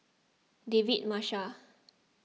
David Marshall